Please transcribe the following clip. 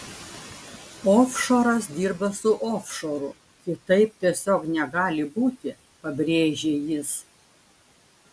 ofšoras dirba su ofšoru kitaip tiesiog negali būti pabrėžė jis